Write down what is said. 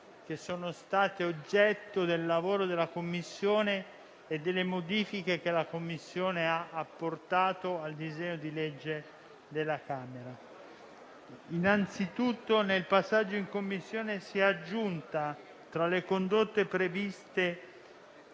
che sono state oggetto del lavoro della Commissione e delle modifiche che la Commissione ha apportato al disegno di legge della Camera. Innanzitutto, nel passaggio in Commissione si è aggiunta tra le condotte previste,